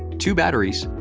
two batteries,